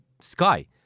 sky